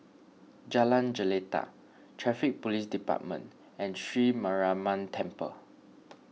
Jalan Jelita Traffic Police Department and Sri Mariamman Temple